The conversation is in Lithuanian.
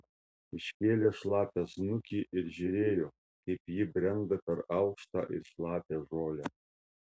iškėlė šlapią snukį ir žiūrėjo kaip ji brenda per aukštą ir šlapią žolę